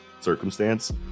circumstance